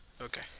Okay